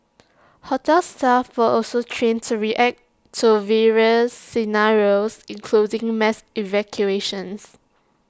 hotel staff were also trained to react to various scenarios including mass evacuations